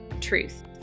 truth